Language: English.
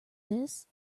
this